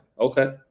okay